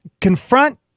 confront